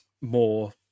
more